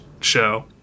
show